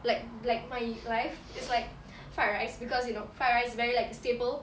like like my life is like fried rice because you know fried rice is very like a staple